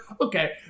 okay